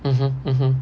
mmhmm mmhmm